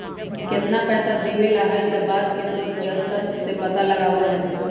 कितना पैसा देवे ला हई ई बात के शोद के स्तर से पता लगावल जा हई